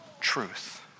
truth